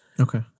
Okay